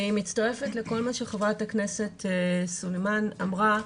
אני מצטרפת לכל מה שחברת הכנסת סלימאן אמרה.